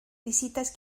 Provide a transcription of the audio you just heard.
visitas